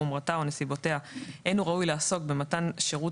חומרתה או נסיבותיה אין הוא ראוי לעסוק במתן שירות